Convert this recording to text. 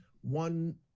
one